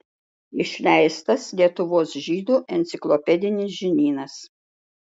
išleistas lietuvos žydų enciklopedinis žinynas